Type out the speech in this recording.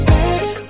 Baby